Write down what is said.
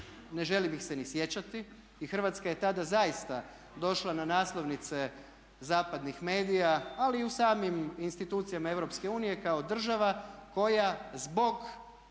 ne želim ih se ni sjećati. I Hrvatska je tada zaista došla na naslovnice zapadnih medija, ali i u samim institucijama EU kao država koja zbog